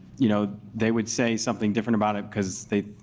you know they would say something different about it cause they,